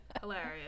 Hilarious